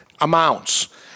amounts